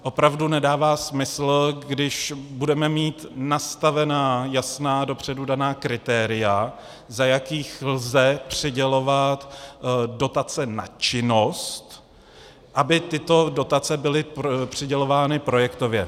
Opravdu nedává smysl, když budeme mít nastavená jasná, dopředu daná kritéria, za jakých lze přidělovat dotace na činnost, aby tyto dotace byly přidělovány projektově.